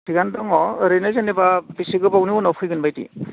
थिगानो दङ ओरैनो जेनेबा बेसे गोबावनि उनाव फैगोन बायदि